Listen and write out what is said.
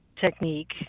Technique